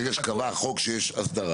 ברגע שהחוק קבע שיש אסדרה,